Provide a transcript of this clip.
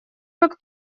как